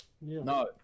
No